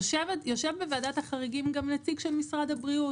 יושב בוועדת החריגים גם נציג של משרד הבריאות.